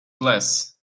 glass